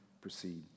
proceed